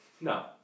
no